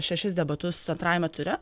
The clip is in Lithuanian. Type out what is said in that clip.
šešis debatus antrajame ture